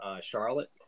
Charlotte